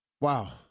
Wow